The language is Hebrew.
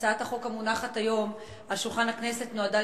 הצעת החוק המונחת היום על שולחן הכנסת נועדה